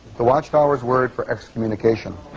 the watchtower's word for excommunication.